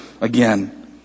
again